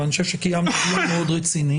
אבל אני חושב שקיימנו דיון מאוד רציני.